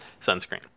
sunscreen